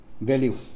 value